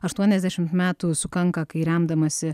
aštuoniasdešimt metų sukanka kai remdamasi